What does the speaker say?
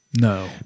No